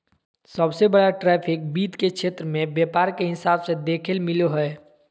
सबसे बड़ा ट्रैफिक वित्त के क्षेत्र मे व्यापार के हिसाब से देखेल मिलो हय